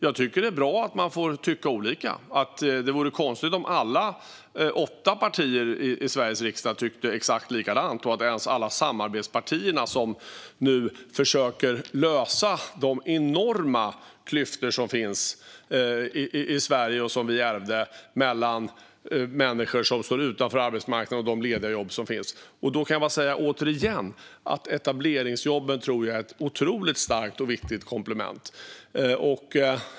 Jag tycker att det är bra att man får tycka olika. Det vore konstigt om alla åtta partier i Sveriges riksdag tyckte exakt likadant och även om alla samarbetspartier gjorde det. Samarbetspartierna försöker nu överbrygga de enorma klyftor som finns i Sverige, och som vi ärvde, mellan människor som står utanför arbetsmarknaden och de lediga jobb som finns. Återigen vill jag säga att jag tror att etableringsjobben är ett otroligt starkt och viktigt komplement.